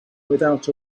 without